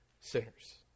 sinners